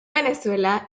venezuela